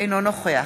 אינו נוכח